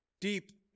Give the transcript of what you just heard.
Deep